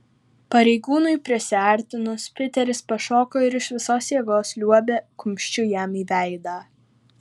pareigūnui prisiartinus piteris pašoko ir iš visos jėgos liuobė kumščiu jam į veidą